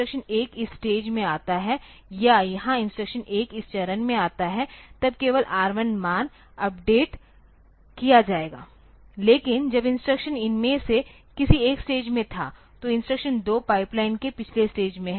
तो जब इंस्ट्रक्शन 1 इस स्टेज में आता है या यहाँ इंस्ट्रक्शन 1 इस चरण में आता है तब केवल R1 मान अपडेट किया जाएगा लेकिन जब इंस्ट्रक्शन इनमें से किसी एक स्टेज में था तो इंस्ट्रक्शन 2 पाइपलाइन के पिछले स्टेज में है